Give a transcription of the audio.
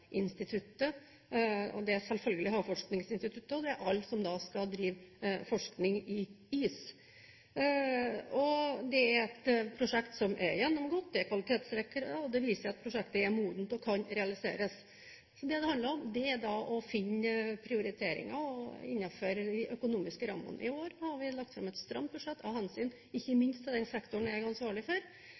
det er selvfølgelig Havforskningsinstituttet, og det er alle som skal drive forskning i is. Det er et prosjekt som er gjennomgått, det er kvalitetssikret, og det viser at prosjektet er modent og kan realiseres. Så det det handler om, er å finne prioriteringer innenfor de økonomiske rammene i år. Nå har vi lagt fram et stramt budsjett av hensyn til ikke minst den sektoren jeg er ansvarlig for,